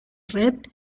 red